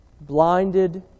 blinded